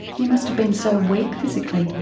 you must have been so weak, physically?